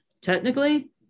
Technically